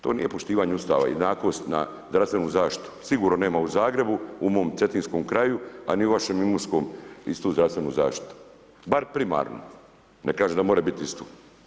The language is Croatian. To nije poštivanje Ustava jednakost na zdravstvenu zaštitu sigurno nema u Zagrebu, u mom cetinskom kraju a ni u vašem Imotskom istu zdravstvenu zaštitu, bar primarnu, ne kažem da mora biti ista.